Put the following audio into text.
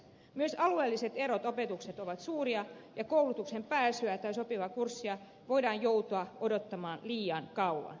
myös alueelliset erot opetuksessa ovat suuria ja koulutukseen pääsyä tai sopivaa kurssia voidaan joutua odottamaan liian kauan